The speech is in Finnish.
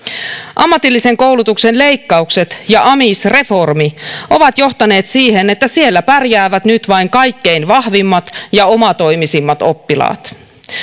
ammatillisen koulutuksen leikkaukset ja amisreformi ovat johtaneet siihen että siellä pärjäävät nyt vain kaikkein vahvimmat ja omatoimisimmat oppilaat